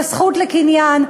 בזכות לקניין.